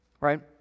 Right